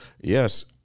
Yes